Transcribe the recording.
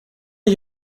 are